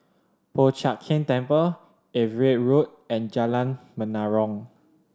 Po Chiak Keng Temple Everitt Road and Jalan Menarong